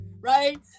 right